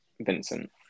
Vincent